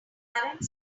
current